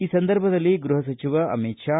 ಈ ಸಂದರ್ಭದಲ್ಲಿ ಗ್ಟಪ ಸಚಿವ ಅಮಿತ್ ಷಾ